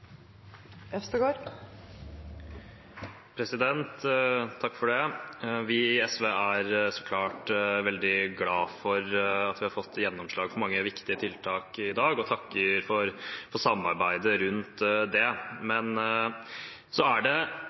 så klart veldig glad for at vi har fått gjennomslag for mange viktige tiltak i dag, og takker for samarbeidet rundt det. Men